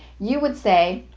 you would say,